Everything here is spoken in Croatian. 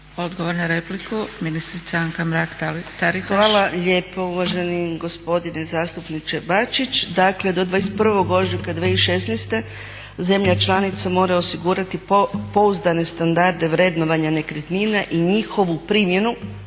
Odgovor na repliku, ministrica Anka Mrak Taritaš. **Mrak-Taritaš, Anka (HNS)** Hvala lijepo uvaženi gospodine zastupniče Bačić. Dakle do 21. ožujka 2016. zemlja članica mora osigurati pouzdane standarde vrednovanja nekretnina i njihovu primjenu,